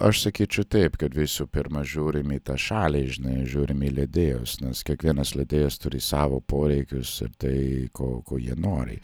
aš sakyčiau taip kad visų pirma žiūrim į tą šalį žinai žiūrim į leidėjus nors kiekvienas leidėjas turi savo poreikius ir tai ko ko jie nori